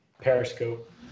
periscope